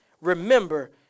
remember